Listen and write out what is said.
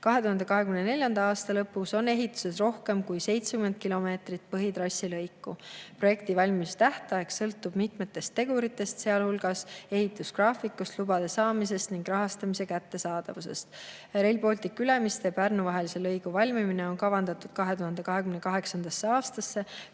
2024. aasta lõpus on ehituses rohkem kui 70 kilomeetrit põhitrassilõiku. Projekti valmimise tähtaeg sõltub mitmetest teguritest, sealhulgas ehitusgraafikust, lubade saamisest ning rahastamise kättesaadavusest. Rail Balticu Ülemiste ja Pärnu vahelise lõigu valmimine on kavandatud 2028. aastaks.